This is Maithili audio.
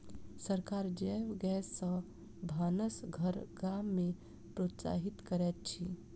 सरकार जैव गैस सॅ भानस घर गाम में प्रोत्साहित करैत अछि